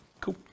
Cool